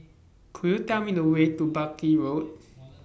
Could YOU Tell Me The Way to Buckley Road